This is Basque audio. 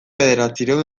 bederatziehun